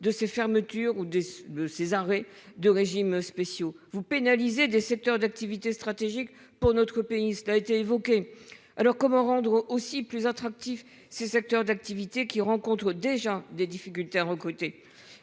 de ces fermetures ou de de Cesare de régimes spéciaux vous pénaliser des secteurs d'activités stratégiques pour notre pays. Ça a été évoqué. Alors comment rendre aussi plus attractif ces secteurs d'activités qui rencontrent déjà des difficultés à recruter.